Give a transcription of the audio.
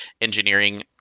engineering